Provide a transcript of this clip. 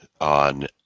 on